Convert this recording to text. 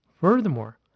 Furthermore